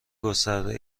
گسترده